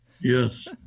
Yes